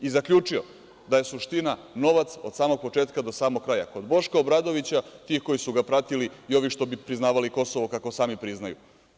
I zaključio da je suština novac, od samog početka do samog kraja, kod Boška Obradovića ti koji su ga pratili i ovi što bi priznavali Kosovo, kako samo priznaju.